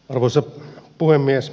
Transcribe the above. arvoisa puhemies